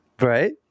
Right